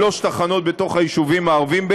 שלוש תחנות בתוך היישובים הערביים,